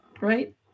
Right